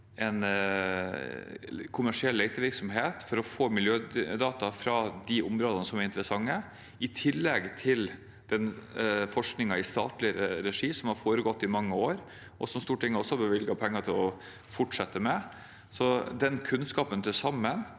ha kommersiell letevirksomhet for å få miljødata fra de områdene som er interessante, i tillegg til den forskningen i statlig regi som har foregått i mange år, og som Stortinget også har bevilget penger til å fortsette med. All den kunnskapen blir